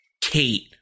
kate